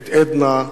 את עדנה,